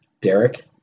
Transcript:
Derek